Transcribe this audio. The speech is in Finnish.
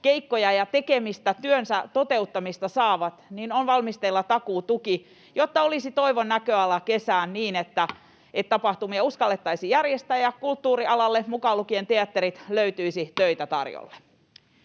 keikkoja ja tekemistä, työnsä toteuttamista saavat, on valmisteilla takuutuki, jotta olisi toivon näköala kesään niin, että tapahtumia uskallettaisiin järjestää ja kulttuurialalle, mukaan lukien teatterit, löytyisi töitä tarjolle.